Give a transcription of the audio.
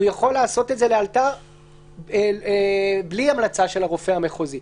הוא יכול לעשות את זה לאלתר בלי המלצה של הרופא המחוזי.